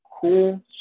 cool